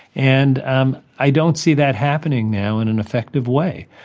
and um i don't see that happening now in an effective way.